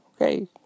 Okay